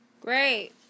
Great